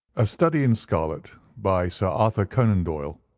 a study in scarlet by sir arthur conan doyle